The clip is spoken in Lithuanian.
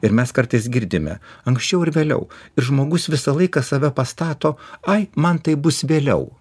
ir mes kartais girdime anksčiau ar vėliau žmogus visą laiką save pastato ai man taip bus vėliau